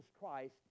Christ